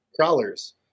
crawlers